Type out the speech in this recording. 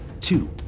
two